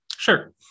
Sure